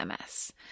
MS